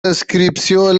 inscriptions